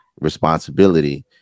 responsibility